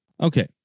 Okay